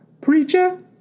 Preacher